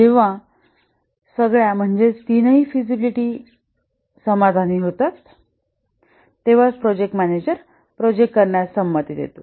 जेव्हा सगळ्या म्हणजे तीनही फिजिबिलिटी समाधानी होतात तेव्हाच प्रोजेक्ट मॅनेजर प्रोजेक्ट करण्यास संमती देतो